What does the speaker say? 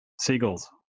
seagulls